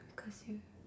because you